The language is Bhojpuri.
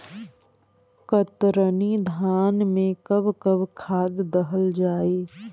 कतरनी धान में कब कब खाद दहल जाई?